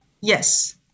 Yes